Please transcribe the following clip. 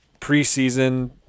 preseason